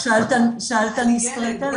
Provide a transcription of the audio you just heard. את שאלת על מספרי טלפון, אז עניתי על מספרים.